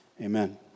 Amen